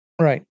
Right